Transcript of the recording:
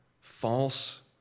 false